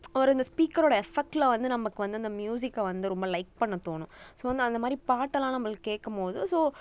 ஒரு இந்த ஸ்பீக்கரோட எஃபெக்ட்டில் வந்து நம்பளுக்கு வந்து அந்த மியூசிக்கை வந்து ரொம்ப லைக் பண்ண தோணும் ஸோ வந்து அந்த மாதிரி பாட்டெல்லாம் நம்மளுக்கு கேட்கும் போது ஸோ